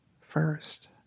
first